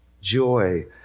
Joy